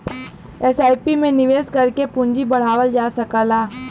SIP में निवेश करके पूंजी बढ़ावल जा सकला